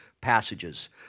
passages